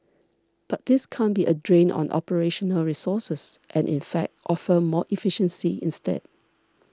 but this can't be a drain on operational resources and in fact offer more efficiency instead